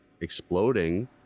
exploding